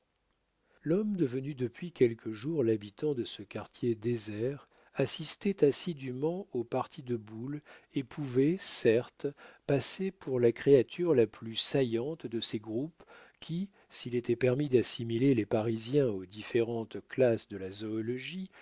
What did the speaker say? l'homme devenu depuis quelques jours l'habitant de ce quartier désert assistait assidûment aux parties de boules et pouvait certes passer pour la créature la plus saillante de ces groupes qui s'il était permis d'assimiler les parisiens aux différentes classes de la zoologie